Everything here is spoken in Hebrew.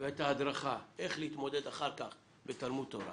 ואת ההדרכה איך להתמודד אחר כך בתלמוד תורה